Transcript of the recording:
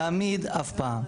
תמיד, אף פעם.